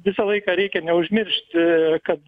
visą laiką reikia neužmiršt kad